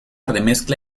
remezcla